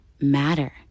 matter